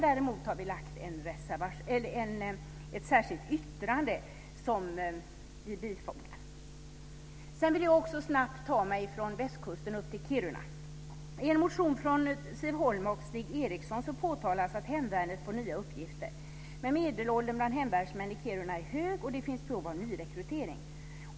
Däremot har vi ett särskilt yttrande. Sedan ska jag snabbt ta mig från västkusten upp till Kiruna. I en motion från Siv Holma och Stig Eriksson påtalas frågan om att hemvärnet får nya uppgifter. Medelåldern bland hemvärnsmän i Kiruna är hög och det finns behov av nyrekrytering.